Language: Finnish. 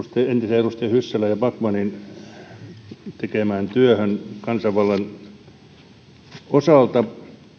edustajien hyssälän ja backmanin tekemään työhön kansanvallan osalta